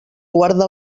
guarda